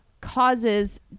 causes